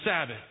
Sabbath